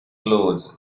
clothes